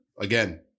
Again